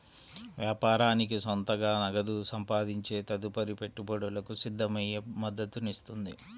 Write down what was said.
వ్యాపారానికి సొంతంగా నగదు సంపాదించే తదుపరి పెట్టుబడులకు సిద్ధమయ్యే మద్దతునిస్తుంది